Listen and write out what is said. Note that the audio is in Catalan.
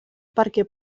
perquè